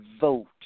Vote